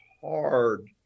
hard